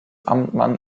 amtmann